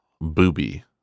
booby